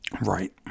Right